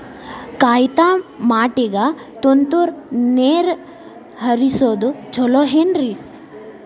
ಕಾಯಿತಮಾಟಿಗ ತುಂತುರ್ ನೇರ್ ಹರಿಸೋದು ಛಲೋ ಏನ್ರಿ?